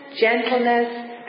gentleness